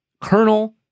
Colonel